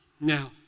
Now